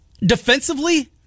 Defensively